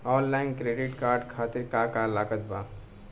Online credit card खातिर का का लागत बा?